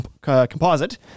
composite